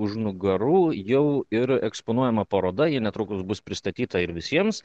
už nugarų jau ir eksponuojama paroda ji netrukus bus pristatyta ir visiems